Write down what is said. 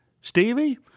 Stevie